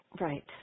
Right